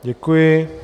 Děkuji.